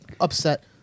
upset